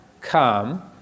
come